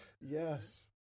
Yes